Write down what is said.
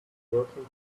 working